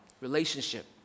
relationship